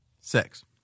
Six